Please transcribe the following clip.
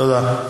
תודה.